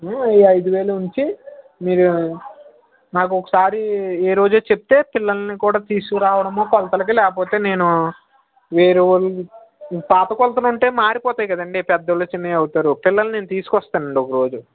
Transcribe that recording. ఈ ఐదు వేలు ఉంచి మీరు నాకు ఒకసారి ఏ రోజో చెప్తే పిల్లల్ని కూడా తీసుకురావడమో కొలతలకి లేకపోతే నేను వేరేవాళ్ళు పాత కొలతలు ఉంటే మారిపోతాయి కదండి పెద్దవాళ్ళవి చిన్నవి అవుతారు పిల్లల్ని నేను తీసుకొస్తాను అండి ఒక రోజు